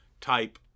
type